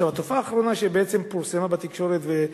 התופעה האחרונה שבעצם פורסמה בתקשורת,